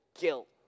guilt